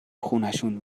خونشون